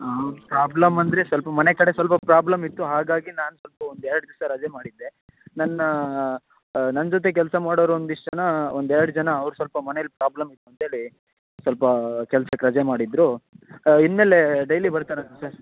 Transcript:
ಹಾಂ ಪ್ರಾಬ್ಲಮ್ ಅಂದರೆ ಸ್ವಲ್ಪ ಮನೆ ಕಡೆ ಸ್ವಲ್ಪ ಪ್ರಾಬ್ಲಮ್ ಇತ್ತು ಹಾಗಾಗಿ ನಾನು ಬಂದು ಒಂದು ಎರಡು ದಿವಸ ರಜೆ ಮಾಡಿದ್ದೆ ನನ್ನ ನನ್ನ ಜೊತೆ ಕೆಲಸ ಮಾಡೋರು ಒಂದಿಷ್ಟು ಜನ ಒಂದು ಎರಡು ಜನ ಅವ್ರು ಸ್ವಲ್ಪ ಮನೇಲಿ ಪ್ರಾಬ್ಲಮ್ ಇತ್ತು ಅಂತೇಳಿ ಸ್ವಲ್ಪ ಕೆಲ್ಸಕ್ಕೆ ರಜೆ ಮಾಡಿದ್ದರು ಇನ್ಮೇಲೆ ಡೈಲಿ ಬರ್ತಾರಂತೆ ಸರ್